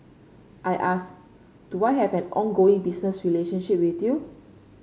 I asked do I have an ongoing business relationship with you